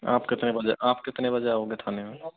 आप कितने बजे आप कितने बजे आओगे थाने में